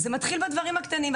מהדברים הקטנים.